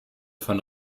von